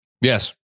Yes